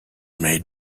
made